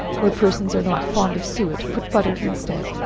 where persons are not fond of suet, put butter instead,